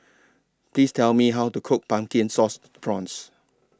Please Tell Me How to Cook Pumpkin and Sauce Prawns